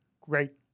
Great